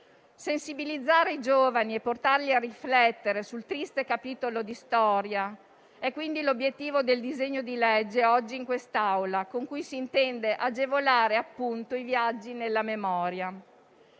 Sensibilizzare i giovani e portarli a riflettere sul triste capitolo di storia è quindi l'obiettivo del disegno di legge oggi in quest'Aula, con cui si intende agevolare appunto i viaggi nella memoria.